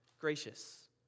gracious